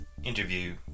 interview